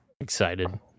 excited